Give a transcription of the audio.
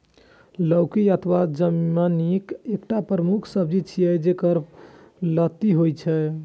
लौकी अथवा सजमनि एकटा प्रमुख सब्जी छियै, जेकर लत्ती होइ छै